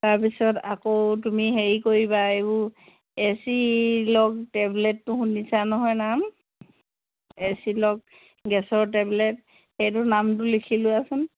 তাৰপিছত আকৌ তুমি হেৰি কৰিবা এই এ চি লক টেবলেটটো শুনিছা নহয় নাম এ চি লক গেছৰ টেবলেট সেইটো নামটো লিখি লোৱাচোন